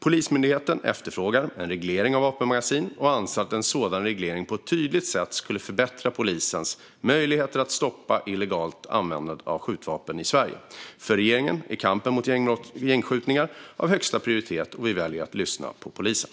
Polismyndigheten efterfrågar en reglering av vapenmagasin och anser att en sådan reglering på ett tydligt sätt skulle förbättra polisens möjligheter att stoppa illegalt användande av skjutvapen i Sverige. För regeringen är kampen mot gängskjutningar av högsta prioritet, och vi väljer att lyssna på polisen.